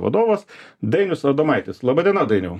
vadovas dainius adomaitis laba diena dainiau